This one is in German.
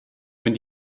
wenn